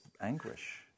anguish